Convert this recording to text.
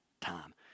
time